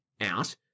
out